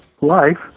life